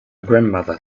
grandmother